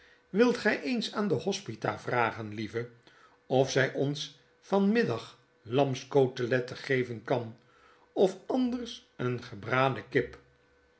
wilt gy eens aan de hospita vragen lieve of zij ons van middag lamscoteletten geven kan of anders een gebraden kip